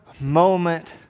moment